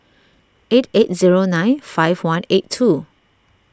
eight eight zero nine five one eight two